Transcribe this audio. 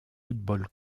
fútbol